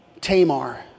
Tamar